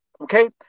okay